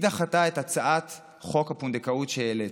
היא דחתה את הצעת חוק הפונדקאות שהעליתי,